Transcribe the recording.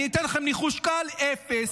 אני אתן לכם ניחוש קל: אפס.